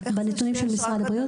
בנתונים של משרד הבריאות.